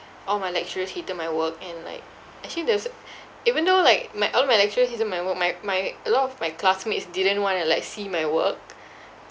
all my lecturers hated my work and like actually there was eventhough like my all my lecturers hated my work my my a lot of my classmates didn't want to like see my work